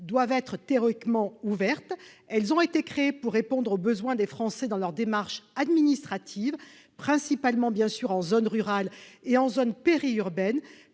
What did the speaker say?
doivent être théoriquement ouvertes. Elles ont été créées pour répondre aux besoins des Français dans leurs démarches administratives, principalement en zones rurales et périurbaines,